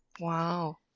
Wow